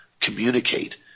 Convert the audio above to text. communicate